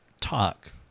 talk